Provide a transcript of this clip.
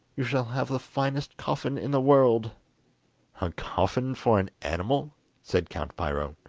you shall have the finest coffin in the world a coffin for an animal said count piro.